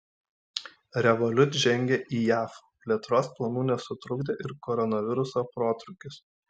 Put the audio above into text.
revolut žengia į jav plėtros planų nesutrukdė ir koronaviruso protrūkis